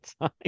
time